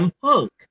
Punk